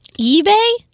eBay